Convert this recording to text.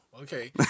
Okay